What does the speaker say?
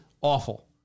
Awful